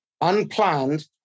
unplanned